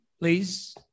please